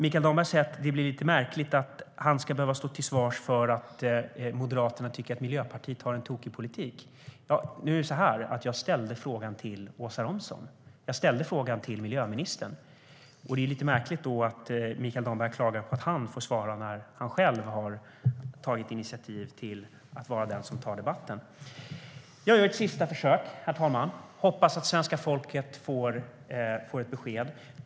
Mikael Damberg säger att det blir lite märkligt att han ska behöva stå till svars för att Moderaterna tycker att Miljöpartiet har en tokig politik. Nu var det miljöminister Åsa Romson som jag ställde frågan till. Det är lite märkligt att Mikael Damberg klagar på att han får svara när han själv har tagit initiativ till att vara den som tar debatten. Jag gör ett sista försök, herr talman. Jag hoppas att svenska folket får ett besked.